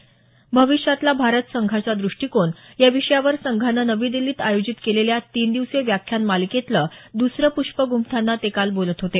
भविष्यातला भारत संघाचा दृष्टीकोनया विषयावर संघानं नवी दिल्लीत आयोजित केलेल्या तीन दिवसीय व्याख्यान मालिकेतलं दुसरं पुष्प गुंफताना ते काल बोलत होते